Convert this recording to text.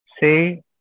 say